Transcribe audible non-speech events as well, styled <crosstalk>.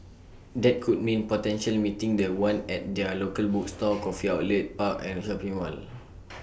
that could mean potentially meeting The One at their locally bookstore coffee outlet park and shopping mall <noise>